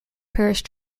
parish